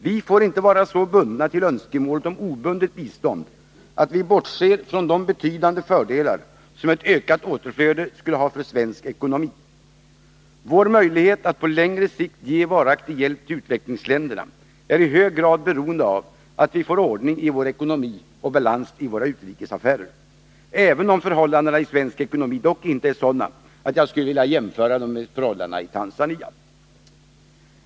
Vi får inte vara så bundna till önskemålet om obundet bistånd att vi bortser från de betydande fördelar som ett ökat återflöde skulle ha för svensk ekonomi. Vår möjlighet att på längre sikt ge varaktig hjälp till utvecklingsländerna är i hög grad beroende av att vi får ordning i vår ekonomi och balans i våra utrikesaffärer. Det gäller även om förhållandena i den svenska ekonomin inte är sådana att jag skulle vilja jämföra dem med vad som gäller i Tanzania.